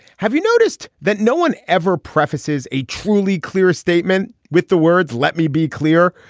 have you noticed that no one ever prefaces a truly clearer statement with the words let me be clear.